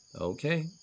Okay